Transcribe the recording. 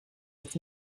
with